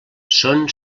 són